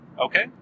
Okay